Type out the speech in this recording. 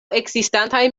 ekzistantaj